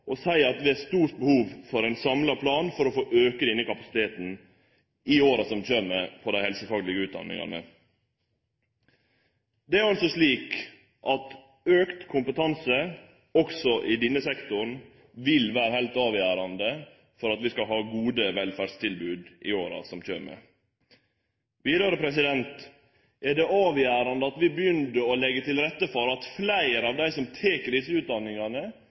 og vi seier òg at det er stort behov for ein samla plan for å få auka kapasiteten på dei helsefaglege utdanningane i åra som kjem. Det er altså slik at auka kompetanse også i denne sektoren vil vere heilt avgjerande for at vi skal ha gode velferdstilbod i åra som kjem. Vidare er det avgjerande at vi begynner å leggje til rette for at fleire av dei som tek desse utdanningane,